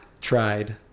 tried